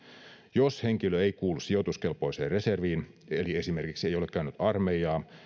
jos henkilö ei kuulu sijoituskelpoiseen reserviin eli esimerkiksi ei ole käynyt armeijaa